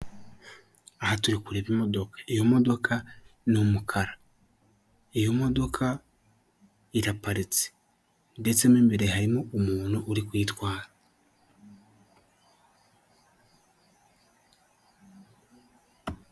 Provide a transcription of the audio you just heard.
Aha turi kureba imodoka, iyo modoka ni umukara, iyo modoka iraparitse ndetse n'imbere harimo umuntu uri kuyitwara.